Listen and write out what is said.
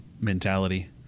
mentality